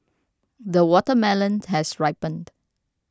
the watermelon has ripened